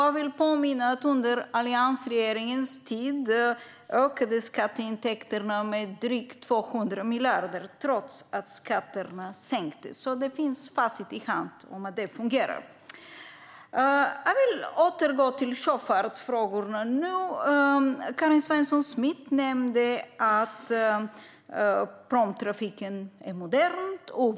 Jag vill påminna om att skatteintäkterna under alliansregeringens tid ökade med drygt 200 miljarder, trots att skatterna sänktes. Det finns facit i hand på att det fungerar. Jag vill återgå till sjöfartsfrågorna. Karin Svensson Smith nämnde att pråmtrafiken är modern.